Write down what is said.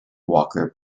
walker